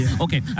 Okay